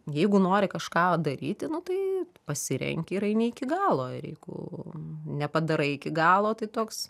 jeigu nori kažką daryti nu tai pasirenki ir eini iki galo ir jeigu nepadarai iki galo tai toks